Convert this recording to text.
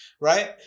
right